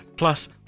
Plus